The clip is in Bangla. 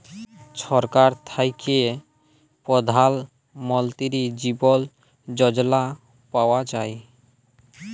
ছরকার থ্যাইকে পধাল মলতিরি জীবল যজলা পাউয়া যায়